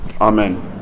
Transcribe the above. Amen